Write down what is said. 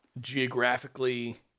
geographically